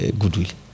goodwill